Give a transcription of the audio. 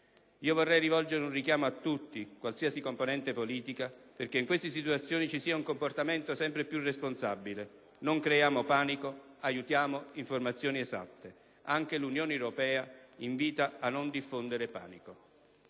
un richiamo, indipendentemente dalla componente politica, perché in queste situazioni vi sia un comportamento sempre più responsabile: non creiamo panico, aiutiamo informazioni esatte. Anche l'Unione europea invita a non diffondere panico.